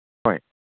ꯍꯣꯏ